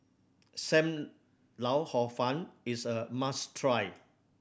Sam Lau Hor Fun is a must try